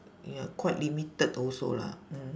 ya quite limited also lah mm